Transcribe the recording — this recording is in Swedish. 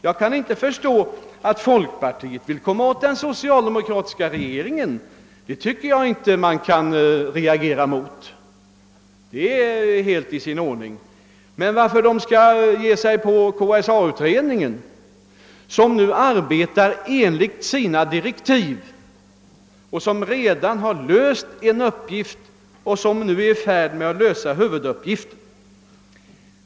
Jag kan förstå att folkpartiet vill komma åt den socialdemokratiska regeringen — det kan man inte reagera mot utan är helt i sin ordning — men det är märkligt att folkpartiet angriper KSA-utredningen som arbetar enligt sina direktiv och som redan har löst en uppgift och nu är i färd med att lösa huvuduppgiften.